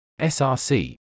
src